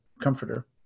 comforter